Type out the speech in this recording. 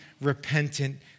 repentant